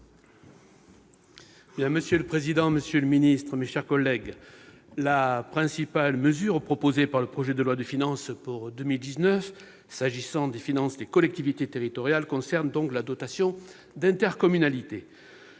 Monsieur le président, monsieur le ministre, mes chers collègues, la principale mesure proposée dans le projet de loi de finances pour 2019, s'agissant des finances des collectivités territoriales, concerne la dotation d'intercommunalité.